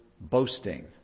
boasting